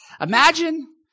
Imagine